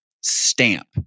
stamp